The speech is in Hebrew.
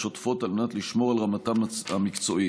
שוטפות על מנת לשמור על רמתם המקצועית.